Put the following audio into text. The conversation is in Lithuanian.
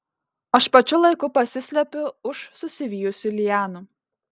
aš pačiu laiku pasislepiu už susivijusių lianų